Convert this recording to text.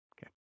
Okay